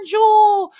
Jewel